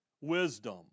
wisdom